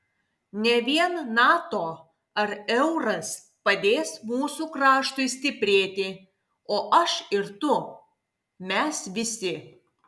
ne vien nato ar euras padės mūsų kraštui stiprėti o aš ir tu mes visi